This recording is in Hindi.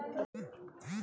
वित्तीय कम्पनी क्या है?